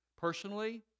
Personally